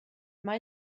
mae